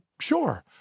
Sure